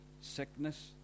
sickness